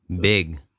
big